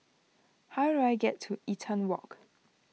how do I get to Eaton Walk